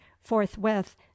forthwith